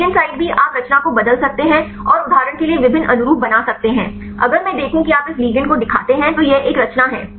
ligand site भी आप रचना को बदल सकते हैं और उदाहरण के लिए विभिन्न अनुरूप बना सकते हैं अगर मैं देखूं कि आप इस लिगैंड को दिखाते हैं तो यह एक रचना है